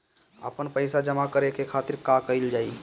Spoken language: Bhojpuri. आपन पइसा जमा करे के खातिर का कइल जाइ?